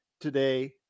today